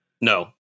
No